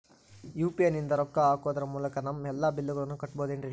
UPI ನಿಂದ ರೊಕ್ಕ ಹಾಕೋದರ ಮೂಲಕ ನಮ್ಮ ಎಲ್ಲ ಬಿಲ್ಲುಗಳನ್ನ ಕಟ್ಟಬಹುದೇನ್ರಿ?